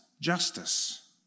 justice